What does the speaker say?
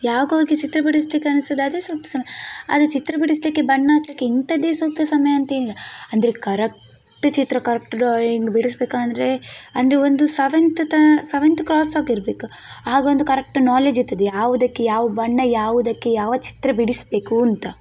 ಯಾವಾಗ ಅವರಿಗೆ ಚಿತ್ರ ಬಿಡಿಸಲಿಕ್ಕೆ ಅನ್ನಿಸ್ತದೆ ಅದೇ ಸೂಕ್ತ ಸಮ್ ಅದೇ ಚಿತ್ರ ಬಿಡಿಸಲಿಕ್ಕೆ ಬಣ್ಣ ಹಾಕಲಿಕ್ಕೆ ಇಂಥದ್ದೇ ಸೂಕ್ತ ಸಮಯ ಅಂತೇನಿಲ್ಲ ಅಂದರೆ ಕರಕ್ಟ್ ಚಿತ್ರ ಕರಕ್ಟ್ ಡ್ರಾಯಿಂಗ್ ಬಿಡಿಸಬೇಕು ಅಂದರೆ ಅಂದರೆ ಒಂದು ಸೆವೆಂತ್ ತ ಸೆವೆಂತ್ ಕ್ರಾಸ್ ಆಗಿರಬೇಕು ಆಗೊಂದು ಕರೆಕ್ಟ್ ನಾಲೇಜ್ ಇರ್ತದೆ ಯಾವುದಕ್ಕೆ ಯಾವ ಬಣ್ಣ ಯಾವುದಕ್ಕೆ ಯಾವ ಚಿತ್ರ ಬಿಡಿಸಬೇಕಂತ